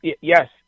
yes